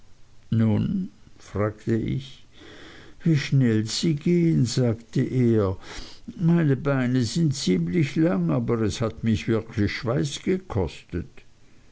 nun fragte ich wie schnell sie gehen sagte er meine beine sind ziemlich lang aber es hat mir wirklich schweiß gekostet